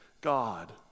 God